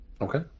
Okay